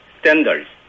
standards